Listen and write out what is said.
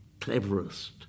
cleverest